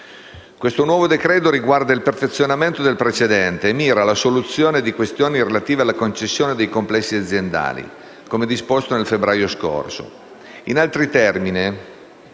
Questo nuovo decreto riguarda il perfezionamento del precedente e mira alla soluzione di questioni relative alla cessione dei complessi aziendali, come disposto nel febbraio scorso. In altri termini,